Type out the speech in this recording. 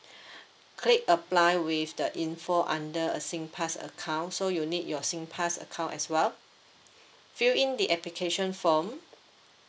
click apply with the info under a singpass account so you need your singpass account as well fill in the application form